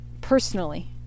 personally